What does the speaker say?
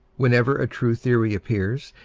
whenever a true theory appears,